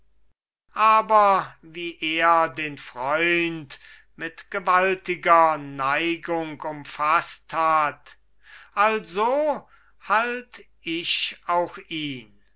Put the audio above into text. aber wie er den freund mit gewaltiger neigung umfaßt hat also halt ich auch ihn